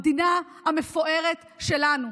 המדינה המפוארת שלנו,